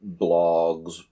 blogs